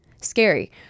scary